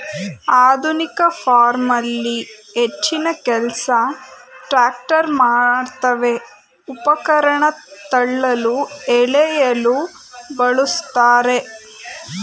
ಆಧುನಿಕ ಫಾರ್ಮಲ್ಲಿ ಹೆಚ್ಚಿನಕೆಲ್ಸ ಟ್ರ್ಯಾಕ್ಟರ್ ಮಾಡ್ತವೆ ಉಪಕರಣ ತಳ್ಳಲು ಎಳೆಯಲು ಬಳುಸ್ತಾರೆ